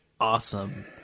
Awesome